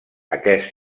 aquest